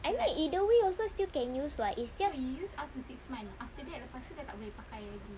I mean either way also still can use [what] is just